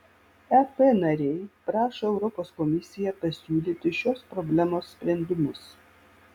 ep nariai prašo europos komisiją pasiūlyti šios problemos sprendimus